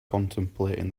contemplating